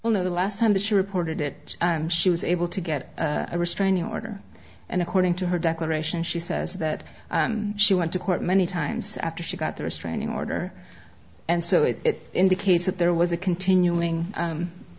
well no the last time she reported it and she was able to get a restraining order and according to her declaration she says that she went to court many times after she got the restraining order and so it indicates that there was a continuing